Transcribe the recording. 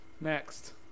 Next